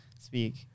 speak